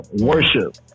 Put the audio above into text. worship